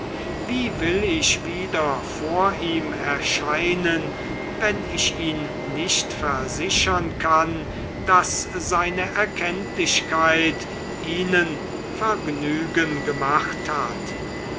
wie will ich wieder vor ihm erscheinen wenn ich ihn nicht versichern kann daß seine erkenntlichkeit ihnen vergnügen gemacht hat